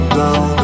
down